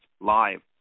live